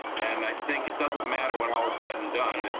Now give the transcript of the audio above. and i think it doesn't mat when all is said and done,